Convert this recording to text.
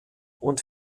und